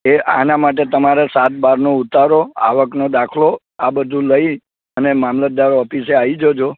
એ આના માટે તમારે સાત બારનો ઉતારો આવકનો દાખલો આ બધું લઈ અને મામલતદાર ઓફિસે આવી જજો